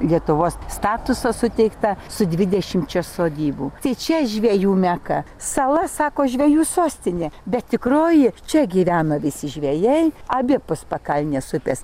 lietuvos statusą suteiktą su dvidešimčia sodybų tai čia žvejų meka sala sako žvejų sostinė bet tikroji čia gyvena visi žvejai abipus pakalnės upės